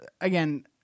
again